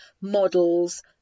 models